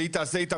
ושהיא תעשה איתם